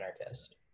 anarchist